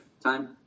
Time